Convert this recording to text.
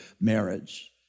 marriage